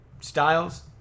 Styles